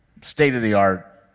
state-of-the-art